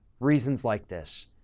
reasons like this.